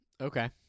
Okay